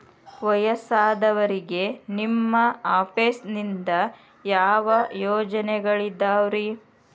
ವಯಸ್ಸಾದವರಿಗೆ ನಿಮ್ಮ ಆಫೇಸ್ ನಿಂದ ಯಾವ ಯೋಜನೆಗಳಿದಾವ್ರಿ?